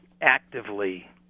actively